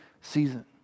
season